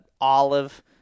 olive